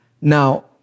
Now